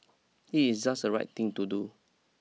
it is just the right thing to do